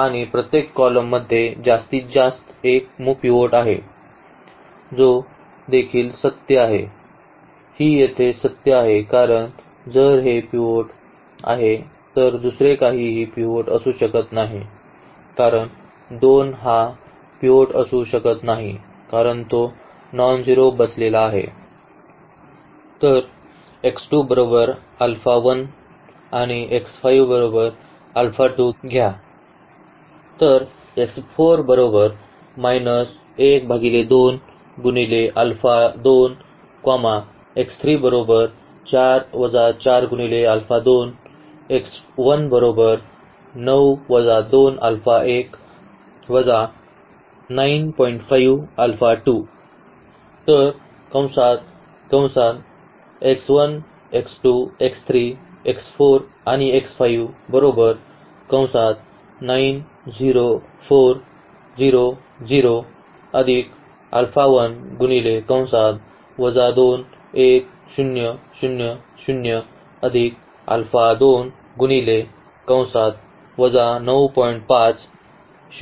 आणि प्रत्येक column मध्ये जास्तीत जास्त एक मुख्य पिव्होट असेल जो देखील सत्य आहे ही येथे सत्य आहे कारण जर हे पिव्होट आहे तर दुसरे काहीही पिव्होट असू शकत नाही कारण 2 हा पिव्होट असू शकत नाही कारण तो नॉनझेरो बसलेला आहे